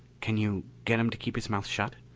can you get him to keep his mouth shut?